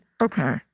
Okay